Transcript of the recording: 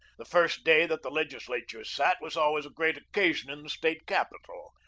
the first day that the legislature sat was always a great occasion in the state capital,